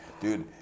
Dude